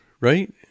Right